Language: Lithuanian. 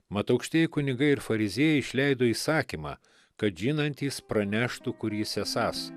mat aukštieji kunigai ir fariziejai išleido įsakymą kad žinantys praneštų kur jis esąs